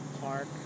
park